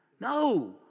No